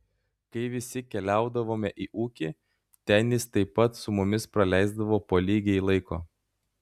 kai visi keliaudavome į ūkį ten jis taip pat su mumis praleisdavo po lygiai laiko